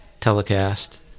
telecast